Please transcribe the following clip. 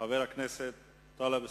חבר הכנסת טלב אלסאנע.